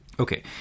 Okay